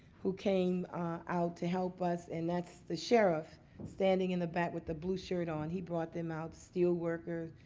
who came out to help us. and that's the sheriff standing in the back with the blue shirt on. he brought them out. steel worker.